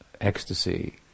ecstasy